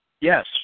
Yes